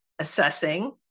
assessing